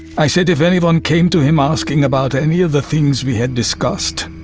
i said if anyone came to him asking about any of the things we had discussed,